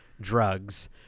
drugs